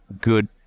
good